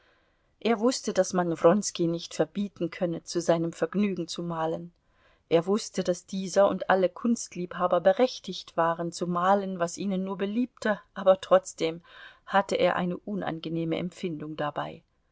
er wußte daß man wronski nicht verbieten könne zu seinem vergnügen zu malen er wußte daß dieser und alle kunstliebhaber berechtigt waren zu malen was ihnen nur beliebte aber trotzdem hatte er eine unangenehme empfindung dabei